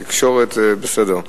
תקשורת זה בסדר.